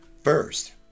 First